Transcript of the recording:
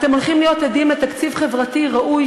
אתם הולכים להיות עדים לתקציב חברתי ראוי,